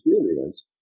experience